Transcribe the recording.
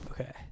Okay